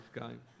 game